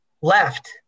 left